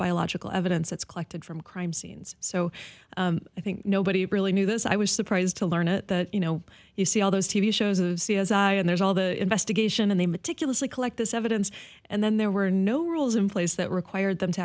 biological evidence that's collected from crime scenes so i think nobody really knew this i was surprised to learn it that you know you see all those t v shows and there's all the investigation and they meticulously collect this evidence and then there were no rules in place that required them to